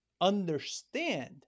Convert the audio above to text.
understand